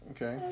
Okay